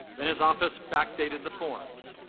in his office backdated the forms,